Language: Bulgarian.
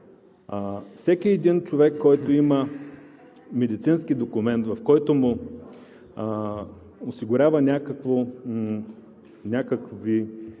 всеки човек, който има медицински документ, който му осигурява някакво